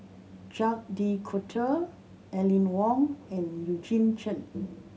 Jacques De Coutre Aline Wong and Eugene Chen